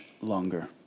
longer